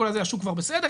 השוק בסדר,